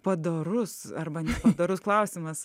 padorus arba nepadorus klausimas